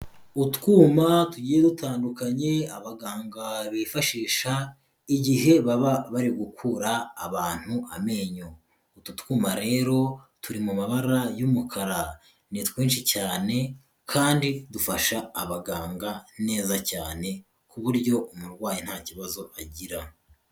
Utwuma tugiye dutandukanye, abaganga bifashisha igihe baba bari gukura abantu amenyo, utu twuma rero turi mu mabara y'umukara, ni twinshi cyane kandi dufasha abaganga neza cyane, ku buryo umurwayi nta kibazo agira.